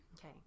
Okay